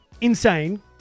Insane